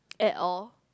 at all